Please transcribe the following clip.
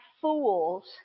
fools